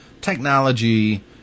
technology